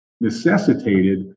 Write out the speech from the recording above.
necessitated